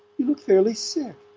you look fairly sick.